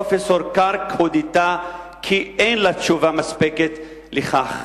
פרופסור קרק הודתה כי אין לה תשובה מספקת לכך.